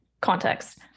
context